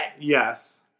Yes